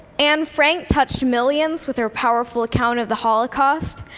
anne frank touched millions with her powerful account of the holocaust.